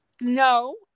no